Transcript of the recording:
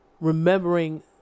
remembering